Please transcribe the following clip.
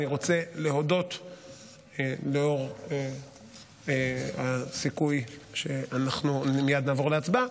לאור הסיכוי שאנחנו מייד נעבור להצבעה,